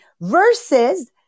versus